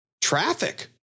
traffic